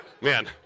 man